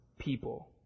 people